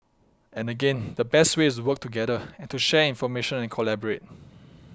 and again the best way is to work together and to share information and to collaborate